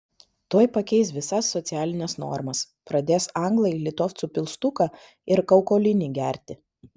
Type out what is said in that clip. tuoj pakeis visas socialines normas pradės anglai litovcų pilstuką ir kaukolinį gerti